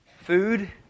Food